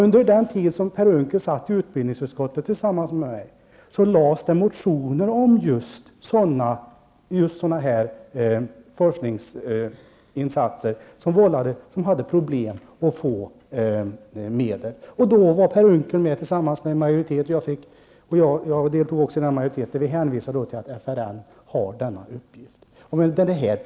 Under den tid Per Unckel satt i utbildningsutskottet tillsammans med mig framlades motioner om just sådana forskningsinsatser som hade problem att få medel. Då ingick Per Unckel och jag i den majoritet som hänvisade till att FRN har denna uppgift.